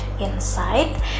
inside